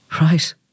Right